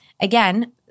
Again